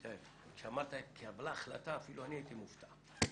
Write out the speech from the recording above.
כשאמרת התקבלה החלטה, אפילו אני הייתי מופתע.